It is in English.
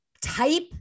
type